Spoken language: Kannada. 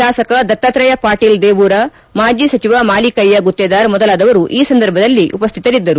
ಶಾಸಕ ದತ್ತಾತ್ರೇಯ ಪಾಟೀಲ್ ದೇವೂರಾ ಮಾಜಿ ಸಚಿವ ಮಾಲೀಕಯ್ಯ ಗುತ್ತೆದಾರ್ ಮೊದಲಾದವರು ಈ ಸಂದರ್ಭದಲ್ಲಿ ಉಪಸ್ಟಿತರಿದ್ದರು